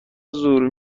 زور